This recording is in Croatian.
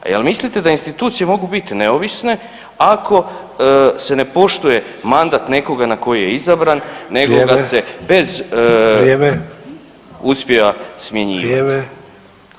A jel mislite da institucije mogu biti neovisne ako se ne poštuje mandat nekoga na koji je izabran [[Upadica: Vrijeme.]] nego ga se bez [[Upadica: Vrijeme.]] uspjeva smjenjivati.